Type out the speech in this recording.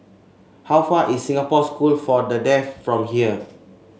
how far is Singapore School for the Deaf from here